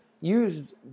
use